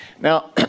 Now